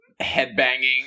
headbanging